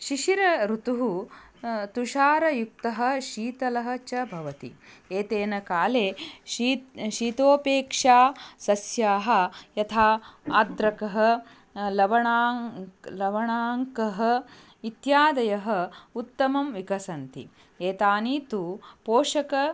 शिशिरऋतुः तुषारयुक्तः शीतलः च भवति एतस्मिन् काले शी शीतोपेक्षानि सस्यानि यथा आर्द्रकः लवणाङ् लवणाङ्कः इत्यादयः उत्तमं विकसन्ति एतानि तु पोषक